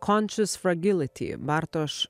conscious fragility bartoš